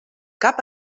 cap